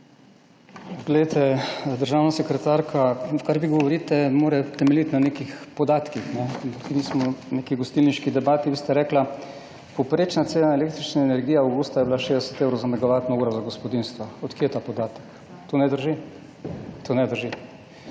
Glejte, državna sekretarka, kar vi govorite, mora temeljiti na nekih podatkih. Nismo v neki gostilniški debati. Vi ste rekli, povprečna cena električne energije avgusta je bila 60 evrov za MWh za gospodinjstvo. Od kod je ta podatek? To ne drži. To ne drži.